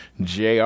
JR